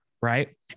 right